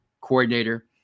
coordinator